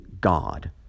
God